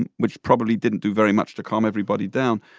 and which probably didn't do very much to calm everybody down.